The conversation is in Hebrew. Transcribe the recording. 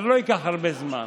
זה לא ייקח הרבה זמן,